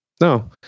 no